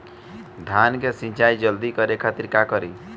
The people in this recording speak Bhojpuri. धान के सिंचाई जल्दी करे खातिर का करी?